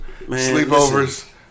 Sleepovers